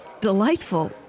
Delightful